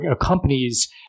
companies